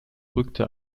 rückte